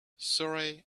surrey